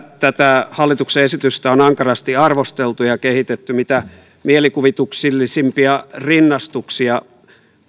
tätä hallituksen esitystä on ankarasti arvosteltu ja kehitetty mitä mielikuvituksellisimpia rinnastuksia